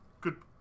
Good